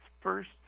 first